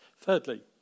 Thirdly